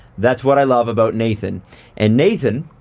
that's what i love about nathan and nathan,